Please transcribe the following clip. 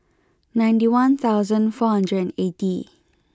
ninety one thousand four hundred and eighty